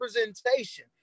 representation